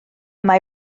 mae